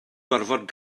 gorfod